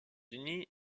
unis